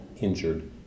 injured